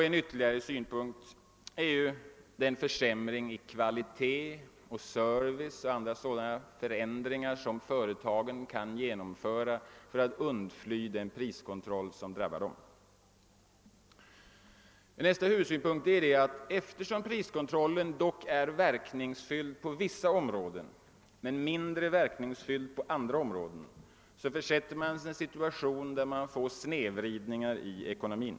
En ytterligare synpunkt gäller den försämring i fråga om kvalitet, service m.m. som företagen kan göra för att undfly den priskontroll som drabbar Den tredje huvudsynpunkten är, att eftersom priskontrollen kan vara verkningsfull på vissa områden men mindre verkningsfull på andra, så försätter man sig i en situation där det uppstår snedvridningar i ekonomin.